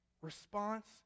response